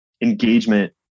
engagement